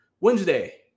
Wednesday